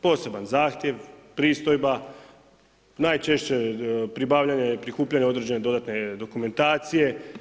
Poseban zahtjev, pristojba, najčešće je probavljanje, prikupljanje određene dodatne dokumentacije.